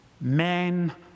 men